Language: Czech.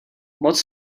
moc